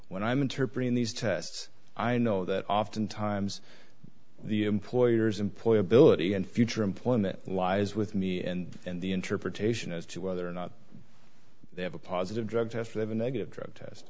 when i'm interpreting these tests i know that oftentimes the employers employ ability and future employment lies with me and the interpretation as to whether or not they have a positive drug test they have a negative drug test